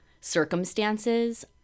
circumstances